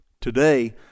Today